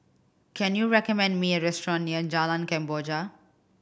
can you recommend me a restaurant near Jalan Kemboja